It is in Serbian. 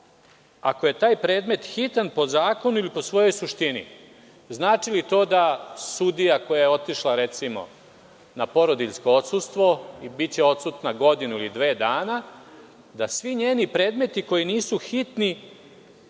ako je taj predmet hitan po zakonu ili po svojoj suštini. Znači li to da sudija koja je otišla na porodiljsko odsustvo, biće odsutna godinu ili dve dana, da svi njeni predmeti koji nisu hitni